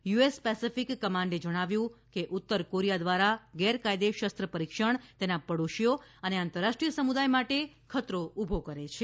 US Pacific કમાન્ડે જણાવ્યું કે ઉત્તર કોરિયા દ્વારા ગેરકાયદે શસ્ત્રપરિક્ષણ તેના પડોશીઓ અને આંતરરાષ્ટ્રીય સમુદાય માટે ખતરો ઉભો કરે છે